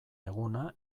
eguna